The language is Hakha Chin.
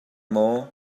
maw